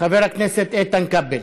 חבר הכנסת איתן כבל.